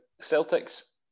Celtic's